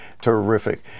Terrific